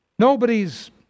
Nobody's